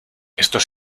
estos